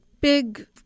big